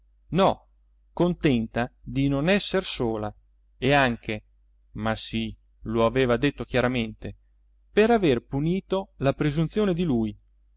no contenta di non esser sola e anche ma sì lo aveva detto chiaramente per aver punito la presunzione di lui